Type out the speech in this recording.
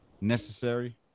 necessary